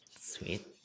Sweet